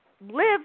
live